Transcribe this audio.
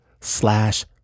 slash